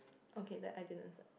okay that I didn't